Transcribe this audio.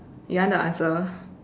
you want the answer